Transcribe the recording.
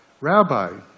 rabbi